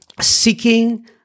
seeking